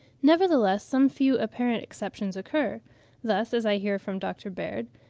nevertheless some few apparent exceptions occur thus, as i hear from dr. baird,